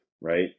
Right